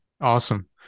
Awesome